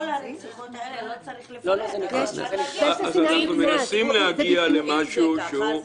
כל הרציחות האלה לא צריך --- אנחנו מנסים להגיע למשהו --- אין